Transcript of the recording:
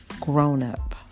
grown-up